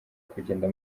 kugenda